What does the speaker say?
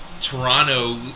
Toronto